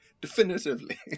Definitively